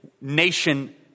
nation